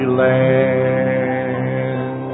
land